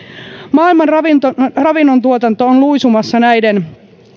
maailman ravinnontuotanto ravinnontuotanto on luisumassa näiden